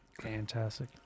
fantastic